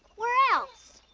where else?